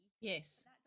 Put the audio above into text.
Yes